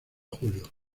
julio